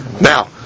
Now